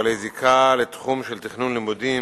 בעלי זיקה לתחום של תכנון לימודים,